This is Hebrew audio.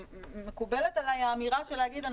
מקובלת עלי האמירה של להגיד,